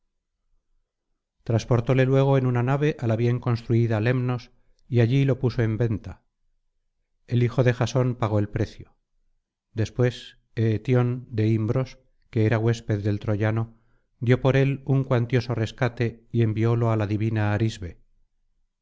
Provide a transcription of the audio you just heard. trasportóle luego en una nave á la bien construida lemnos y allí lo puso en venta el hijo de jasón pagó el precio después eetión de imbros que era huésped del troyano dio por él un cuantioso rescate y enviólo á la divina arisbe